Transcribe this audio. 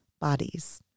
bodies